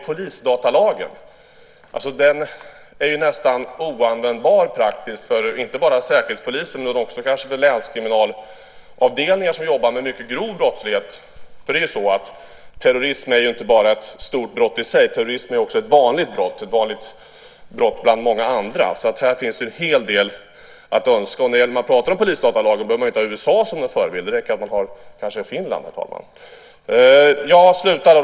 Polisdatalagen är praktiskt nästan oanvändbar för inte bara Säkerhetspolisen utan också för länskriminalavdelningar som arbetar med mycket grov brottslighet. Terrorismen är ju inte bara ett stort brott i sig, utan terrorismen är också ett vanligt brott bland många andra. Här finns en hel del att önska. När man pratar om polisdatalagen behöver man inte ha USA som förebild utan kanske Finland, herr talman.